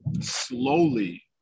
slowly